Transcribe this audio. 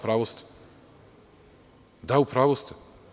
Pa da u pravu ste.